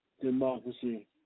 democracy